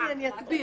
אני אסביר.